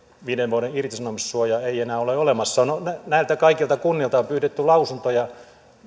viiden vuoden irtisanomissuojaa ei enää ole olemassa näiltä kaikilta kunnilta on pyydetty lausunto ja